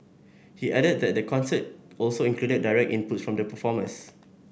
he added that the concert also included direct inputs from the performers